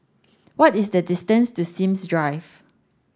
what is the distance to Sims Drive